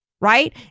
Right